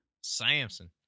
Samson